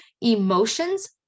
Emotions